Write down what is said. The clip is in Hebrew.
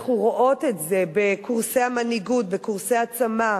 אנחנו רואות את זה בקורסי המנהיגות, בקורסי העצמה,